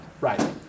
Right